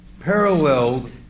paralleled